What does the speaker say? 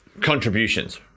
contributions